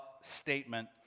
statement